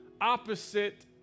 opposite